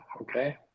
okay